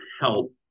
help